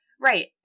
Right